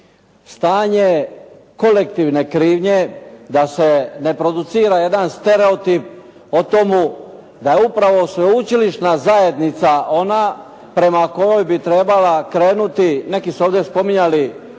stanje kolektivne krivnje, da se ne producira jedan stereotip o tomu da je upravo sveučilišna zajednica ona prema kojoj bi trebala, neki su ovdje spominjali